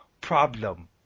problem